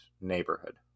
neighborhood